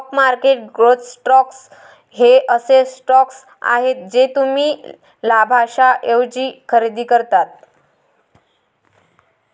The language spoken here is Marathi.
स्टॉक मार्केट ग्रोथ स्टॉक्स हे असे स्टॉक्स आहेत जे तुम्ही लाभांशाऐवजी खरेदी करता